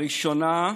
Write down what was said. הראשונה,